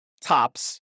tops